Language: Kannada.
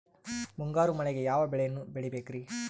ಮುಂಗಾರು ಮಳೆಗೆ ಯಾವ ಬೆಳೆಯನ್ನು ಬೆಳಿಬೇಕ್ರಿ?